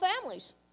families